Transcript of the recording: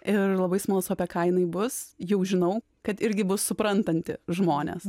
ir labai smalsu apie ką jinai bus jau žinau kad irgi bus suprantanti žmones